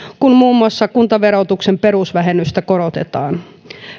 kun muun muassa kuntaverotuksen perusvähennystä korotetaan